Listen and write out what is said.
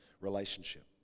relationship